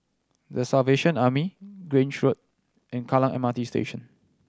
The Salvation Army Grange Road and Kallang M R T Station